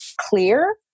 clear